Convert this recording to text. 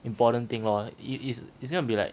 important thing lor it's it's it's gonna be like